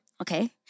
okay